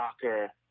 soccer